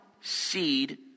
seed